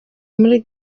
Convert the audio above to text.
muri